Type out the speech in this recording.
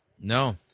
No